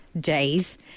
Days